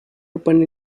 opened